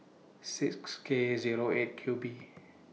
six K Zero eight Q B